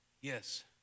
Yes